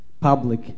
public